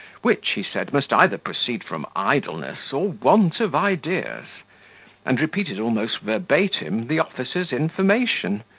which, he said, must either proceed from idleness or want of ideas and repeated almost verbatim the officer's information,